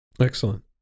Excellent